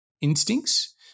instincts